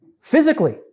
physically